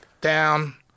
down